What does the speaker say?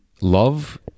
love